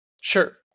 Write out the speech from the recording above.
Sure